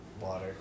water